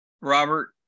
robert